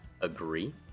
agree